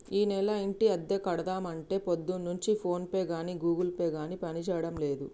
ఈనెల ఇంటి అద్దె కడదామంటే పొద్దున్నుంచి ఫోన్ పే గాని గూగుల్ పే గాని పనిచేయడం లేదు